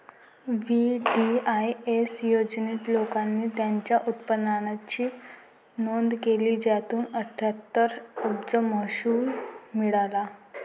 VDIS योजनेत, लोकांनी त्यांच्या उत्पन्नाची नोंद केली, ज्यातून अठ्ठ्याहत्तर अब्ज महसूल मिळाला